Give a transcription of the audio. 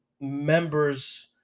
members